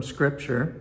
Scripture